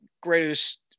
greatest